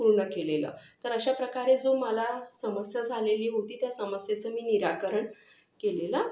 पूर्ण केलेलं तर अशा प्रकारे जो मला समस्या झालेली होती त्या समस्येचं मी निराकरण केलेलं